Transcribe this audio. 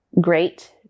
great